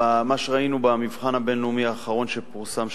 במה שראינו במבחן הבין-לאומי האחרון שפורסם,